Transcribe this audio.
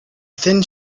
thin